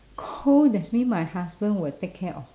cold that's mean my husband will take care of